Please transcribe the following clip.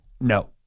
no